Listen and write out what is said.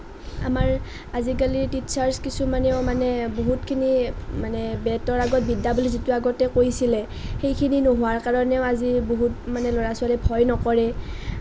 আমাৰ আজিকালি টিচাৰছ কিছুমানেও মানে বহুতখিনি মানে বেটৰ আগত বিদ্যা বুলি আগতে কৈছিলে সেইখিনি নোহোৱাৰ কাৰণেও আজি বহুত মানে ল'ৰা ছোৱালীয়ে ভয় নকৰে